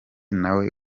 nawe